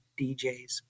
DJs